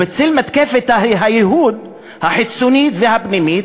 בצל מתקפת הייהוד החיצונית והפנימית,